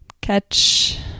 catch